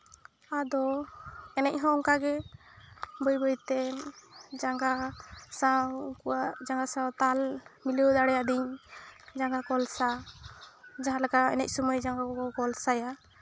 ᱟᱫᱚ ᱮᱱᱮᱡ ᱦᱚᱸ ᱚᱱᱠᱟ ᱜᱮ ᱵᱟᱹᱭ ᱵᱟᱹᱭᱛᱮ ᱡᱟᱝᱜᱟ ᱥᱟᱶ ᱩᱱᱠᱩᱣᱟᱜ ᱡᱟᱝᱜᱟ ᱥᱟᱶ ᱛᱟᱞ ᱢᱤᱞᱟᱹᱣ ᱫᱟᱲᱮᱭᱟᱫᱟᱹᱧ ᱡᱟᱝᱜᱟ ᱠᱚᱞᱥᱟ ᱡᱟᱦᱟᱸ ᱞᱮᱠᱟ ᱮᱱᱮᱡ ᱥᱚᱢᱚᱭ ᱡᱟᱝᱜᱟ ᱠᱚᱠᱚ ᱠᱚᱞᱥᱟᱭᱟ